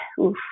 oof